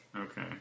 Okay